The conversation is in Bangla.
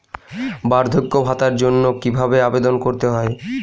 বার্ধক্য ভাতার জন্য কিভাবে আবেদন করতে হয়?